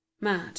mad